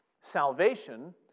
salvation